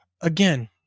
again